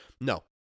no